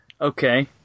Okay